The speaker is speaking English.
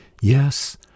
Yes